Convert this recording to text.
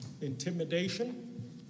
intimidation